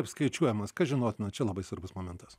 apskaičiuojamas kas žinotina čia labai svarbus momentas